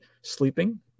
sleeping